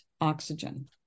oxygen